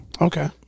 okay